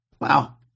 Wow